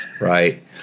Right